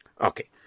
Okay